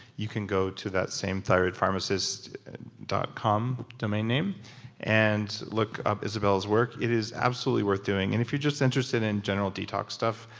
you can go to that same thyroidpharmacist dot com domain name and look up isabella's work. it is absolutely worth doing. and if you're just interested in general detox stuff,